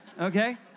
okay